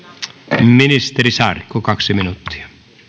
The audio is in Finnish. täyttää ministeri saarikko kaksi minuuttia